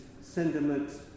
sentiments